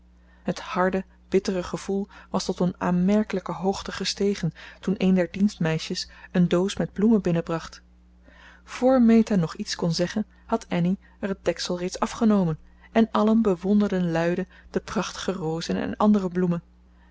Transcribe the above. het harde bittere gevoel was tot een aanmerkelijke hoogte gestegen toen een der dienstmeisjes een doos met bloemen binnenbracht voor meta nog iets kon zeggen had annie er het deksel reeds afgenomen en allen bewonderden luide de prachtige rozen en andere bloemen